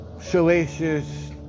salacious